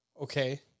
Okay